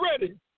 ready